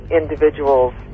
individuals